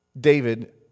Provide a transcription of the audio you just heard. David